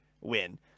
win